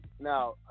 now